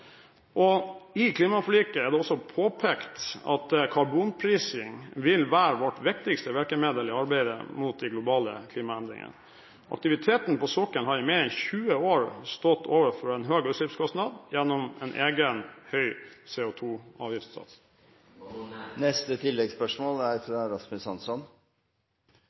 I klimaforliket er det også påpekt at karbonprising vil være vårt viktigste virkemiddel i arbeidet mot de globale klimaendringene. Aktiviteten på sokkelen har i mer enn 20 år stått overfor en høy utslippskostnad gjennom en egen høy